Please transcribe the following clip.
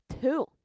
Two